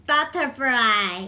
Butterfly